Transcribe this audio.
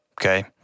okay